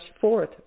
forth